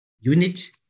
unit